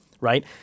right